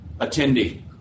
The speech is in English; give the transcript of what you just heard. attendee